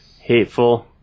hateful